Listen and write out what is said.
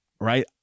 right